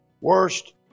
Worst